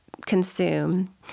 consume